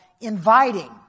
inviting